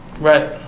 Right